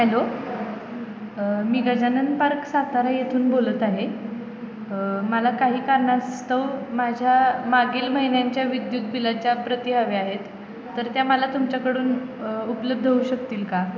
hello मी Gajanan park Satara येथून बोलत आहे मला काही कारणास्तव माझ्या मागील महिन्यांच्या विद्युत बिलाच्या प्रति हव्या आहेत तर त्या मला तुमच्याकडून उपलब्ध होऊ शकतील का